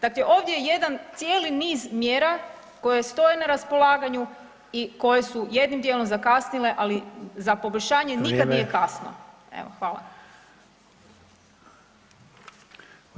Dakle ovdje je jedan cijeli niz mjera koje stoje na raspolaganju i koje su jednim dijelom zakasnile, ali za poboljšanje nikad nije kasno [[Upadica: Vrijeme.]] Evo, hvala.